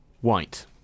White